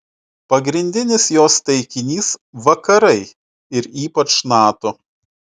pagrindinis jos taikinys vakarai ir ypač nato